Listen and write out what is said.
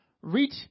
Reach